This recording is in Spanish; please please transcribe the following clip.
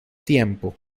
tiempo